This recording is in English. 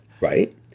Right